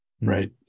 right